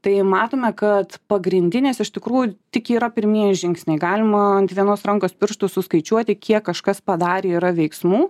tai matome kad pagrindinės iš tikrųjų tik yra pirmieji žingsniai galima ant vienos rankos pirštų suskaičiuoti kiek kažkas padarė yra veiksmų